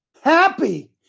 Happy